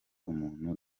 umuntu